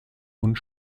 und